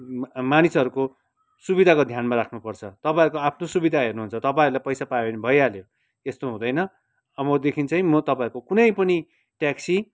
मानिसहरूको सुविधाको ध्यानमा राख्नुपर्छ तपाईँहरूको आफ्नो सुविधा हेर्नुहुन्छ तपाईँहरूलाई पैसा पायो भने भइहाल्यो यस्तो हुँदैन अब देखि चाहिँ म तपाईँहरूको कुनै पनि ट्याक्सी